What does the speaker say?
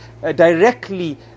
directly